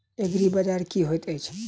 एग्रीबाजार की होइत अछि?